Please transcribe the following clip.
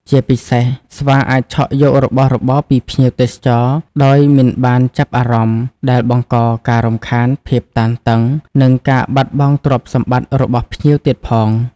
ជាពិសេស ស្វាអាចឆក់យករបស់របរពីភ្ញៀវទេសចរដោយមិនបានចាប់អារម្មណ៍ ដែលបង្កការរំខាន ភាពតានតឹង និងការបាត់បង់ទ្រព្យសម្បត្តិរបស់ភ្ញៀវទៀតផង។